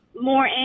more